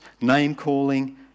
name-calling